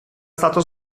stato